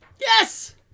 Yes